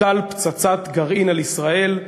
תוטל פצצת גרעין על ישראל,